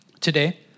today